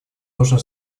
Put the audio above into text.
нужен